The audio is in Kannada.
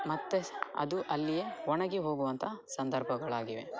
ಮತ್ತೆ ಅದು ಅಲ್ಲಿಯೇ ಒಣಗಿ ಹೋಗುವಂತಹ ಸಂದರ್ಭಗಳಾಗಿವೆ